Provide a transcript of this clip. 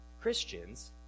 Christians